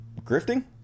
grifting